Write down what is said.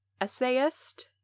essayist